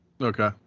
Okay